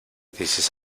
dices